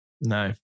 No